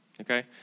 okay